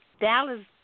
Dallas